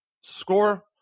score